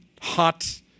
hot